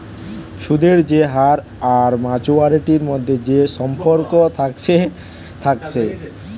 সুদের যে হার আর মাচুয়ারিটির মধ্যে যে সম্পর্ক থাকছে থাকছে